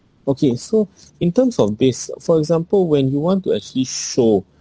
okay so in terms of this for example when you want to actually show